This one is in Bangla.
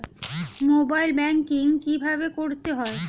মোবাইল ব্যাঙ্কিং কীভাবে করতে হয়?